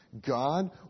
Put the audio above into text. God